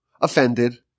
offended